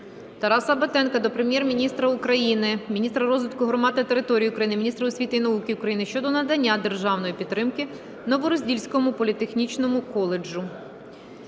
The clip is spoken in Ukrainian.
Тараса Батенка до Прем'єр-міністра України, міністра розвитку громад та територій України, міністра освіти і науки України щодо надання державної підтримки Новороздільському політехнічному коледжу.